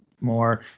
more